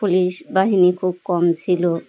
police বাহিনী খুব কম ছিল